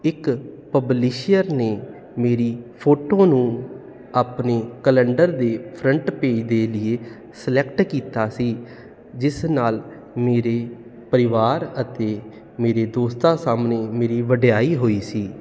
ਇੱਕ ਪਬਲਿਸ਼ੀਅਰ ਨੇ ਮੇਰੀ ਫੋਟੋ ਨੂੰ ਆਪਣੇ ਕਲੰਡਰ ਦੇ ਫਰੰਟ ਪੇਜ ਦੇ ਲੀਏ ਸਿਲੈਕਟ ਕੀਤਾ ਸੀ ਜਿਸ ਨਾਲ ਮੇਰੇ ਪਰਿਵਾਰ ਅਤੇ ਮੇਰੇ ਦੋਸਤਾਂ ਸਾਹਮਣੇ ਮੇਰੀ ਵਡਿਆਈ ਹੋਈ ਸੀ